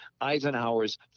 Eisenhower's